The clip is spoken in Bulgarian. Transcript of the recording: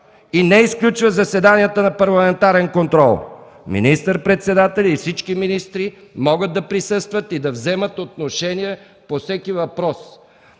и не изключва заседанията на парламентарния контрол. Министър-председателят и всички министри могат да присъстват и да вземат отношение по всеки въпрос.